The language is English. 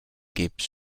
gibbs